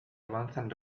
avanzan